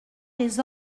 les